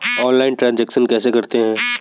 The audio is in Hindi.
ऑनलाइल ट्रांजैक्शन कैसे करते हैं?